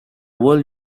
world